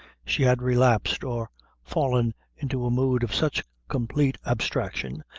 she had relapsed or fallen into a mood of such complete abstraction,